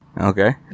Okay